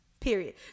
Period